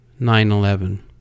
9-11